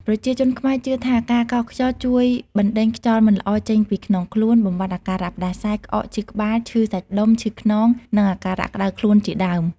ប្រជាជនខ្មែរជឿថាការកោសខ្យល់ជួយបណ្តេញខ្យល់មិនល្អចេញពីក្នុងខ្លួន បំបាត់អាការៈផ្តាសាយ ក្អក ឈឺក្បាល ឈឺសាច់ដុំ ឈឺខ្នង និងអាការៈក្ដៅខ្លួនជាដើម។